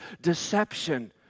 deception